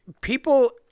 people